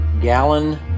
gallon